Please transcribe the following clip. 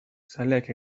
zaleak